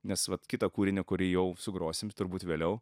nes vat kitą kūrinį kurį jau sugrosim turbūt vėliau